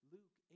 Luke